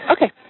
Okay